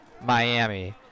Miami